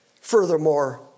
Furthermore